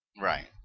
Right